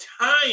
time